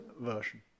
version